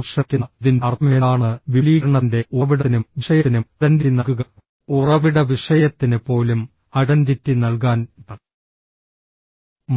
അവർ ശ്രമിക്കുന്ന ഇതിന്റെ അർത്ഥമെന്താണെന്ന് വിപുലീകരണത്തിന്റെ ഉറവിടത്തിനും വിഷയത്തിനും ഐഡന്റിറ്റി നൽകുക ഉറവിട വിഷയത്തിന് പോലും ഐഡന്റിറ്റി നൽകാൻ